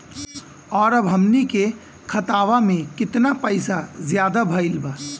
और अब हमनी के खतावा में कितना पैसा ज्यादा भईल बा?